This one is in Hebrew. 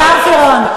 השר פירון,